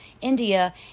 India